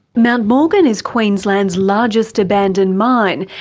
mt morgan is queensland's largest abandoned mine,